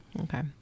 okay